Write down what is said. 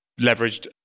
leveraged